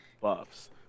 buffs